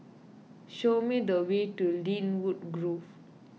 show me the way to Lynwood Grove